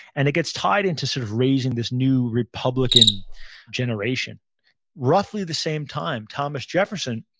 and it gets tied into sort of raising this new republican generation roughly the same time, thomas jefferson